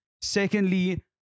Secondly